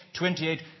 28